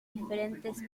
diferentes